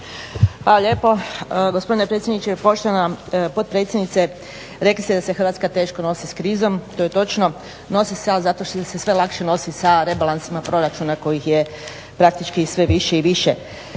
Hvala lijepo gospodine predsjedniče. Poštovana potpredsjednice, rekli ste da se Hrvatska teško nosi s krizom, to je točno, nosi se ali zato što se sve lakše nosi sa rebalansima proračunima kojih je praktički sve više i više.